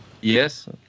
Yes